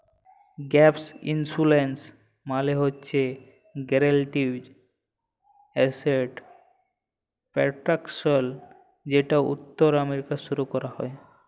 gap insurance মালে হছে guaranteed asset protection যেট উত্তর আমেরিকায় শুরু ক্যরা হ্যয়